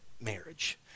marriage